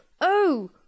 Oh